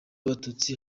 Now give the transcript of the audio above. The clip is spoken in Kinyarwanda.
abatutsi